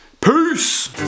Peace